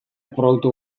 produktu